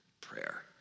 prayer